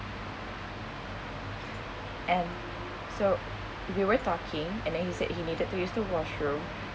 and so we were talking and then he said he needed to use the washroom